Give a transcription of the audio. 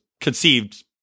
conceived